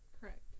Correct